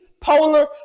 polar